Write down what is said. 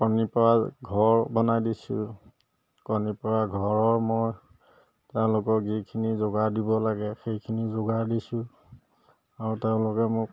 কণী পৰা ঘৰ বনাই দিছোঁ কণী পৰা ঘৰৰ মই তেওঁলোকক যিখিনি যোগাৰ দিব লাগে সেইখিনি যোগাৰ দিছোঁ আৰু তেওঁলোকে মোক